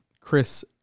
Chris